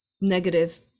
negative